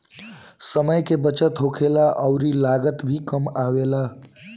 समय के बचत होखेला अउरी लागत भी कम आवेला